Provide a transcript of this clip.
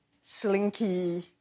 slinky